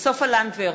סופה לנדבר,